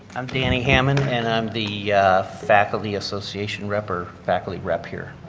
i'm danny hamman and i'm the faculty association rep or faculty rep here.